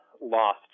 lost